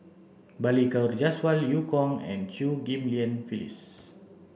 Balli Kaur Jaswal Eu Kong and Chew Ghim Lian Phyllis